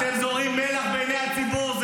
אתם זורים חול בעיני הציבור.